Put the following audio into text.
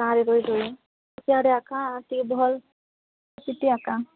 ଗାଁ ରେ ରହିଲେ ସିଆଡ଼େ ଏକା ଟିକେ ଭଲ ସିଟି ଏକା